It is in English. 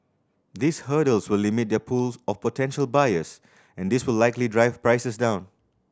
these hurdles will limit their pool of potential buyers and this will likely drive prices down